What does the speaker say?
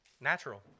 Natural